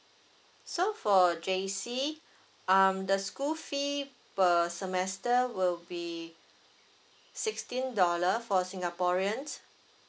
so for J_C um the school fee per semester will be sixteen dollar for singaporean